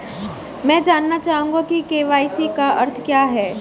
मैं जानना चाहूंगा कि के.वाई.सी का अर्थ क्या है?